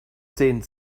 zehn